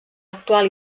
actual